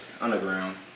underground